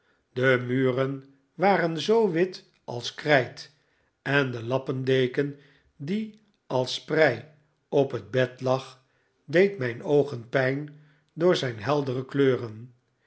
de muren waren zoo wit als krijt en de lappendeken die als sprei op het bed lag deed mijn oogen pijn door zijn heldere kleuren